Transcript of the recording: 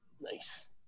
Nice